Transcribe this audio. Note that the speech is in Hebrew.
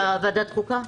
הוא בדיון בוועדת החוקה.